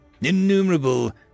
Innumerable